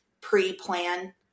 pre-plan